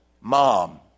mom